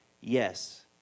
yes